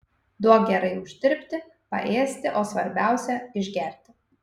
duok gerai uždirbti paėsti o svarbiausia išgerti